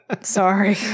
Sorry